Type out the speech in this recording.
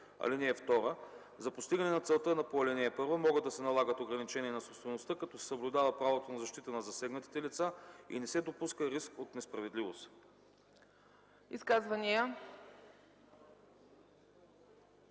него. (2) За постигане на целта по ал. 1 могат да се налагат ограничения на собствеността, като се съблюдава правото на защита на засегнатите лица и не се допуска риск от несправедливост.”